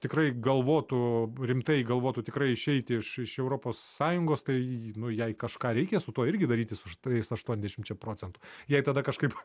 tikrai galvotų rimtai galvotų tikrai išeiti iš iš europos sąjungos tai nu jai kažką reikia su tuo irgi daryti su šitais aštuoniasdešimčia procentų jai tada kažkaip